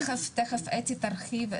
תכף אתי תרחיב.